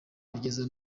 kugeza